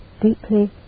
deeply